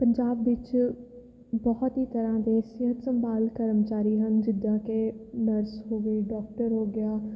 ਪੰਜਾਬ ਵਿੱਚ ਬਹੁਤ ਹੀ ਤਰ੍ਹਾਂ ਦੇ ਸਿਹਤ ਸੰਭਾਲ ਕਰਮਚਾਰੀ ਹਨ ਜਿੱਦਾਂ ਕਿ ਨਰਸ ਹੋ ਗਏ ਡਾਕਟਰ ਹੋ ਗਿਆ